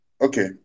Okay